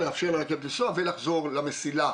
לאפשר לרכבת לנסוע ולחזור למסילה